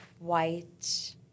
white